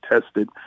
tested